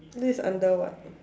this is under what